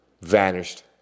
vanished